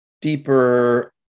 deeper